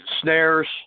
snares